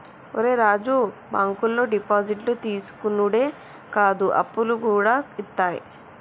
ఒరే రాజూ, బాంకులు డిపాజిట్లు తీసుకునుడే కాదు, అప్పులుగూడ ఇత్తయి